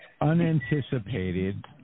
unanticipated